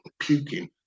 puking